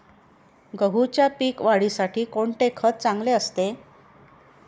गहूच्या पीक वाढीसाठी कोणते खत चांगले असते?